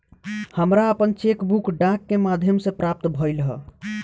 हमरा आपन cheque book डाक के माध्यम से प्राप्त भइल ह